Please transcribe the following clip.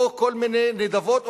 או כל מיני נדבות,